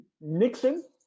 Nixon